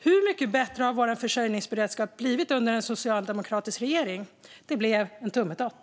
Hur mycket bättre har vår försörjningsberedskap blivit under en socialdemokratisk regering? Det blev en tummetott.